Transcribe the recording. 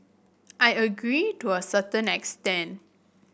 I agree to a certain extent